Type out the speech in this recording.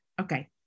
Okay